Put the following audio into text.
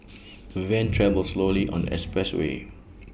the van travelled slowly on the expressway